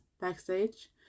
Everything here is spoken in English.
backstage